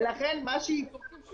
אבל עברנו.